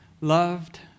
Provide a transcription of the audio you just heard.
loved